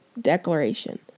declaration